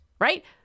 Right